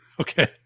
Okay